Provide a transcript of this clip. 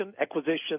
acquisition